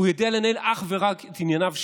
הוא יודע לנהל אך ורק את ענייניו שלו,